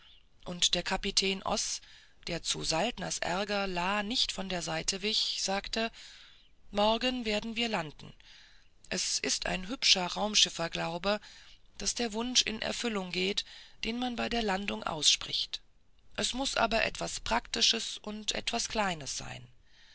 und der kapitän oß der zu saltners ärger la nicht von der seite wich sagte morgen werden wir landen es ist ein hübscher raumschifferglaube daß der wunsch in erfüllung geht den man bei der landung ausspricht es muß aber etwas praktisches und etwas kleines sein